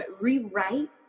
rewrite